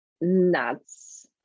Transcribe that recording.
Nuts